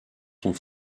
sont